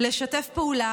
לשתף פעולה.